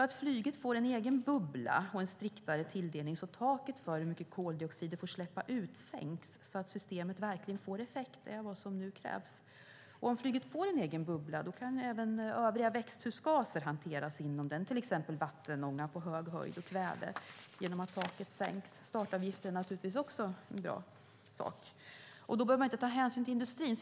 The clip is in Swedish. Att flyget får en egen bubbla och en striktare tilldelning så att taket för hur mycket koldioxid det får släppa ut sänks och systemet verkligen får effekt är vad som nu krävs. Om flyget får en egen bubbla kan även övriga växthusgaser hanteras inom den, till exempel vattenånga på hög höjd och kväve, genom att taket sänks. Startavgifter är givetvis också bra. Då behöver man inte ta hänsyn till industrin.